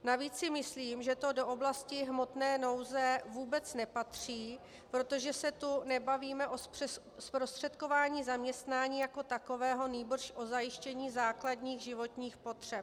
Navíc si myslím, že to do oblasti hmotné nouze vůbec nepatří, protože se tu nebavíme o zprostředkování zaměstnání jako takového, nýbrž o zajištění základních životních potřeb.